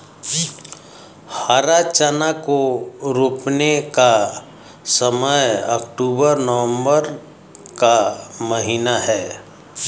हरा चना को रोपने का समय अक्टूबर नवंबर का महीना है